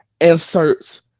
inserts